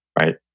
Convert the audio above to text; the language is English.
right